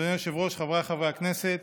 אדוני היושב-ראש, חבריי חברי הכנסת,